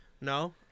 no